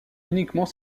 uniquement